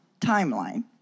timeline